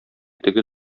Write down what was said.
теге